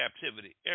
captivity